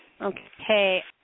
Okay